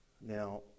now